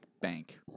bank